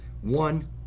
one